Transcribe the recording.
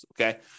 okay